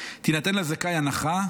תינתן לזכאי הנחה,